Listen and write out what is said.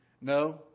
No